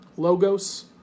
logos